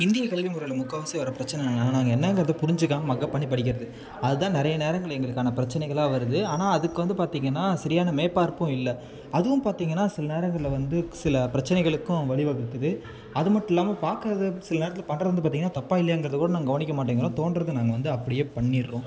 இந்தியக்கல்வி முறையில் முக்கால்வாசி வர பிரச்சனை என்னென்னா நாங்கள் என்னெங்கிறத புரிஞ்சிக்காமல் மக்கப் பண்ணி படிக்கிறது அதுதான் நிறைய நேரங்கள்ல எங்களுக்கான பிரச்சனைகளாக வருது ஆனால் அதுக்கு வந்து பார்த்தீங்கன்னா சரியான மேற்பார்ப்பும் இல்லை அதுவும் பாத்தீங்கன்னா சில நேரங்கள்ல வந்து சில பிரச்சனைகளுக்கும் வழிவகுக்குது அதுமட்டுல்லாம பாக்குறது சில நேரத்துல பண்றது வந்து பார்த்தீங்கன்னா தப்பா இல்லையாங்குறது கூட நாங்கள் கவனிக்க மாட்டேங்கிறோம் தோன்றது நாங்கள் வந்து அப்படியே பண்ணிடுறோம்